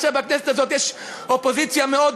עכשיו בכנסת הזאת יש אופוזיציה מאוד